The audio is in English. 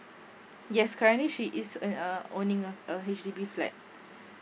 yes currently she is in a owning a a H_D_B flat